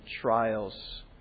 trials